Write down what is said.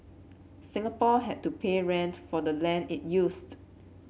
Singapore had to pay rent for the land it used